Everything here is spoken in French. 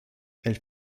elle